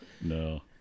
No